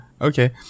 Okay